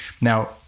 Now